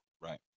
Right